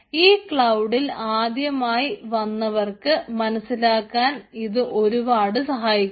ഈ ക്ലൌഡിൽ ആദ്യമായി വന്നവർക്ക് മനസ്സിലാക്കാൻ ഇത് ഒരുപാട് സഹായിക്കും